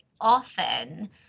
often